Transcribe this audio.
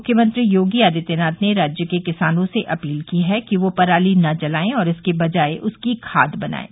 मुख्यमंत्री योगी आदित्यनाथ ने राज्य के किसानों से अपील की है कि वे पराली न जलाये और इसके बजाय उसकी खाद बनाये